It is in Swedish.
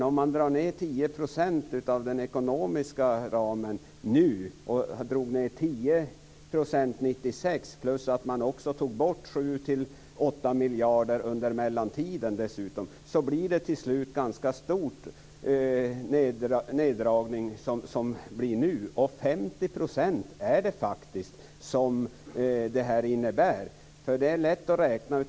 Om man drar ned 10 % av den ekonomiska ramen nu, och om man drog ned 10 % 1996 och dessutom tog bort 7-8 miljarder under mellantiden, blir det till slut en ganska stor neddragning som nu sker. Det är faktiskt 50 % som det här innebär. Det är lätt att räkna.